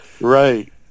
Right